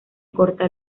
corta